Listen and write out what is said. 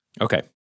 Okay